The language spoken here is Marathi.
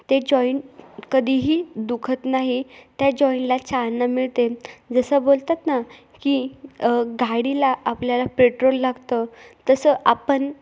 ते जॉईंट कधीही दुखत नाही त्या जॉईंटला चालना मिळते जसं बोलतात ना की गाडीला आपल्याला पेट्रोल लागतं तसं आपण